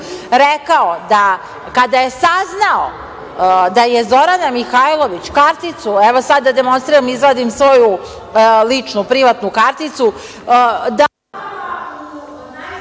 rekao da kada je saznao da je Zorana Mihajlović karticu, evo sada da demonstriram, izvadim svoju ličnu, privatnu karticu…